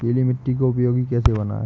पीली मिट्टी को उपयोगी कैसे बनाएँ?